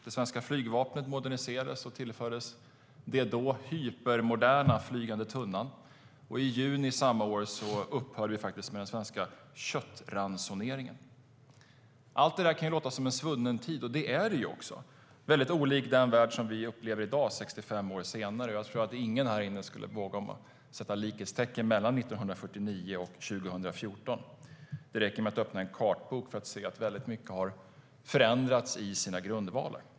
Det svenska flygvapnet moderniserades och tillfördes det då hypermoderna Flygande tunnan, och i juni samma år upphörde vi faktiskt med den svenska köttransoneringen. Allt det där kan låta som en svunnen tid, och det är det också. Det är väldigt olikt den värld vi upplever i dag, 65 år senare, och jag tror inte att någon här inne skulle våga sätta likhetstecken mellan 1949 och 2014 - det räcker med att öppna en kartbok för att se att mycket har förändrats i sina grundvalar.